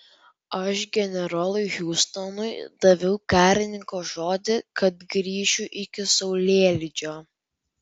aš generolui hiustonui daviau karininko žodį kad grįšiu iki saulėlydžio